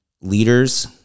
leaders